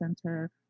center